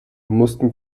mussten